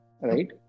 right